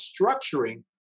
structuring